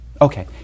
okay